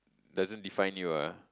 doesn't define you ah